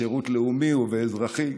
בשירות לאומי ואזרחי,